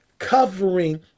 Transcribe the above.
covering